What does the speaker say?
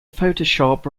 photoshop